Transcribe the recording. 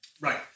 Right